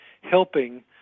helping